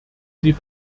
sie